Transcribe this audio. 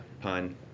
pun